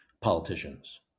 politicians